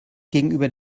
gegenüber